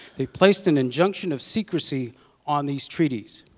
they placed an injunction of secrecy on these treaties.